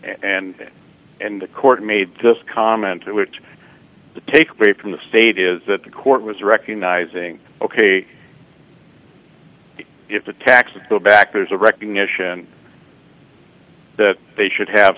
and and the court made this comment that would take away from the state is that the court was recognizing ok if the taxes go back there's a recognition that they should have